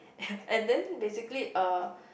and then basically uh